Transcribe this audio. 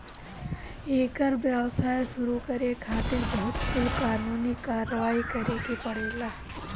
एकर व्यवसाय शुरू करे खातिर बहुत कुल कानूनी कारवाही करे के पड़ेला